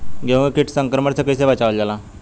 गेहूँ के कीट संक्रमण से कइसे बचावल जा?